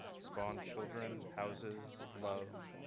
spawn children houses love.